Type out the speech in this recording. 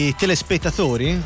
telespettatori